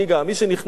מי שנכנס,